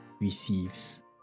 receives